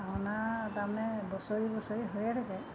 ভাওনা তাৰমানে বছৰি বছৰি হৈয়ে থাকে